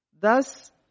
thus